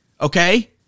Okay